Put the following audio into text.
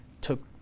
took